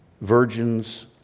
virgins